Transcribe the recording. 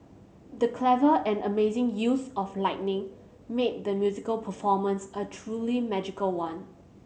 the clever and amazing use of lighting made the musical performance a truly magical one